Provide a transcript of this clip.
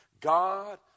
God